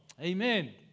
Amen